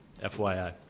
FYI